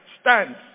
stands